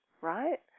right